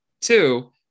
Two